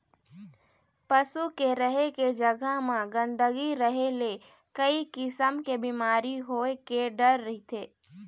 पशु के रहें के जघा म गंदगी रहे ले कइ किसम के बिमारी होए के डर रहिथे